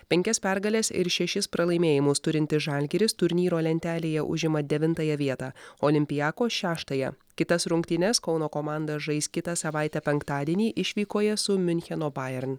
penkias pergales ir šešis pralaimėjimus turintis žalgiris turnyro lentelėje užima devintąją vietą olympiakos šeštąją kitas rungtynes kauno komanda žais kitą savaitę penktadienį išvykoje su miuncheno bayern